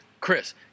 Chris